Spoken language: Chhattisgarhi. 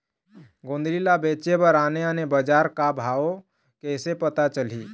गोंदली ला बेचे बर आने आने बजार का भाव कइसे पता चलही?